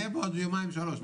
יהיה בעוד יומיים שלושה.